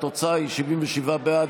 התוצאה היא 77 בעד,